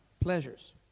pleasures